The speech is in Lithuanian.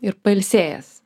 ir pailsėjęs